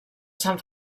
sant